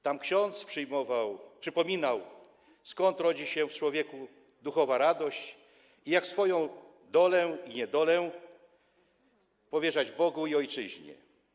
Tam ksiądz przypominał, skąd rodzi się w człowieku duchowa radość i jak swoją dolę i niedolę powierzać Bogu i ojczyźnie.